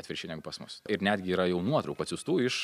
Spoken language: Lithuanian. atvirkščiai negu pas mus ir netgi yra jau nuotraukų atsiųstų iš